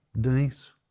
Denise